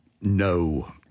no